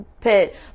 pit